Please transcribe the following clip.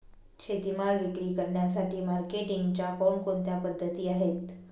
शेतीमाल विक्री करण्यासाठी मार्केटिंगच्या कोणकोणत्या पद्धती आहेत?